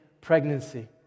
pregnancy